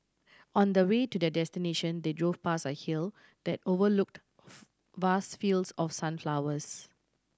on the way to their destination they drove past a hill that overlooked vast fields of sunflowers